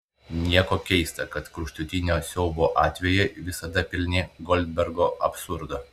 nieko keista kad kraštutinio siaubo atvejai visada pilni goldbergo absurdo